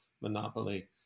monopoly